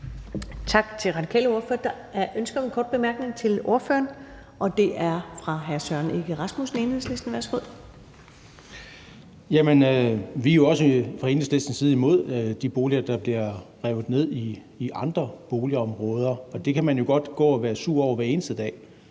Tak til den radikale ordfører. Der er ønske om en kort bemærkning til ordføreren, og det er fra hr. Søren Egge Rasmussen, Enhedslisten. Værsgo. Kl. 20:04 Søren Egge Rasmussen (EL): Jamen vi er jo også fra Enhedslistens side imod de boliger, der bliver revet ned i andre boligområder. Det kan man jo godt gå og være sur over hver eneste dag,